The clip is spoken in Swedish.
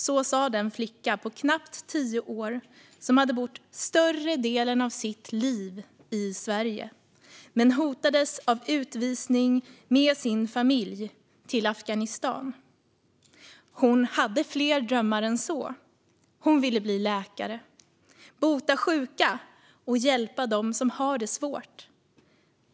Så sa den flicka på knappt tio år som hade bott större delen av sitt liv i Sverige men som hotades av utvisning med sin familj till Afghanistan. Hon hade fler drömmar än så. Hon ville bli läkare, bota sjuka och hjälpa dem som har det svårt.